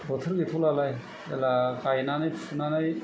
बोथोर गैथ'लालाय जेब्ला गायनानै फुनानै